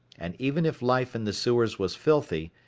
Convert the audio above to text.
and even if life in the sewers was filthy,